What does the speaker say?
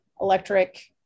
electric